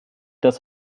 das